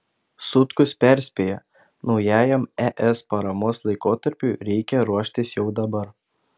sutkus perspėja naujajam es paramos laikotarpiui reikia ruoštis jau dabar